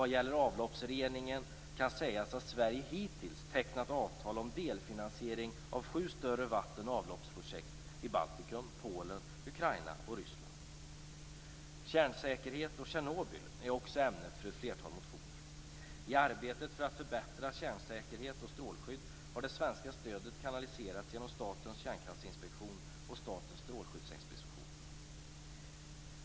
Vad gäller avloppsreningen kan sägas att Sverige hittills tecknat avtal om delfinansiering av sju större vatten och avloppsprojekt i Baltikum, Polen, Ukraina och Ryssland. Kärnsäkerhet och Tjernobyl är också ämnet för ett flertal motioner. I arbetet för att förbättra kärnsäkerhet och strålskydd har det svenska stödet kanaliserats genom Statens kärnkraftsinspektion och Statens strålskyddsinspektion.